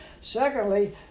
Secondly